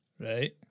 Right